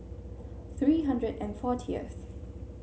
three hundred and fortieth